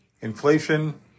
Inflation